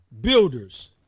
builders